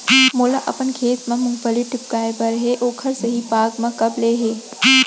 मोला अपन खेत म मूंगफली टिपकाय बर हे ओखर सही पाग कब ले हे?